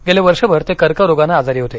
गेले वर्षभर ते कर्करोगानं आजारी होते